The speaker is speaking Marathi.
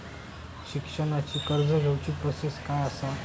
शिक्षणाची कर्ज घेऊची प्रोसेस काय असा?